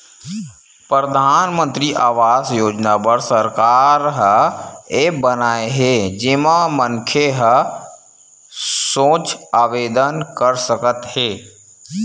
परधानमंतरी आवास योजना बर सरकार ह ऐप बनाए हे जेमा मनखे ह सोझ आवेदन कर सकत हे